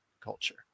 Culture